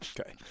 okay